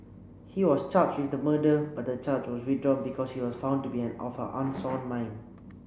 he was charged with the murder but the charge was withdrawn because he was found to be an of unsound mind